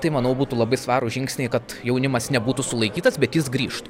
tai manau būtų labai svarūs žingsniai kad jaunimas nebūtų sulaikytas bet jis grįštų